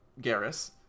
Garrus